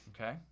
Okay